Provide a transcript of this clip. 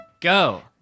Go